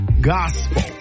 gospel